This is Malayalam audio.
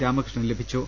രാമകൃഷ്ണന് ലഭിച്ചു